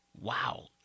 Wow